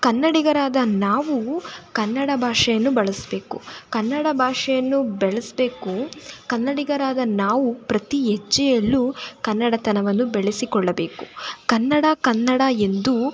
ಕನ್ನಡಿಗರಾದ ನಾವು ಕನ್ನಡ ಭಾಷೆಯನ್ನು ಬಳಸಬೇಕು ಕನ್ನಡ ಭಾಷೆಯನ್ನು ಬೆಳೆಸಬೇಕು ಕನ್ನಡಿಗರಾದ ನಾವು ಪ್ರತಿ ಹೆಜ್ಜೆಯಲ್ಲೂ ಕನ್ನಡ ತನವನ್ನು ಬೆಳೆಸಿಕೊಳ್ಳಬೇಕು ಕನ್ನಡ ಕನ್ನಡ ಎಂದು